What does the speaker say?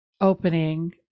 opening